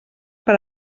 per